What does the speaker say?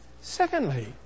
Secondly